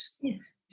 Yes